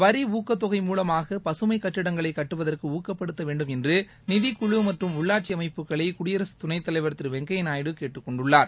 வரி ஊக்கத் தொகை மூலமாக பசுமை கட்டிடங்களை கட்டுவதற்கு ஊக்கப்படுத்த வேண்டும் என்று நிதிக்குழு மற்றும் உள்ளாட்சி அமைப்புகளை குடியரசுத் துணைத் தலைவர் திரு வெங்கப்யா நாயுடு கேட்டுக் கொண்டுள்ளார்